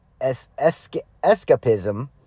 escapism